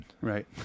Right